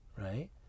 Right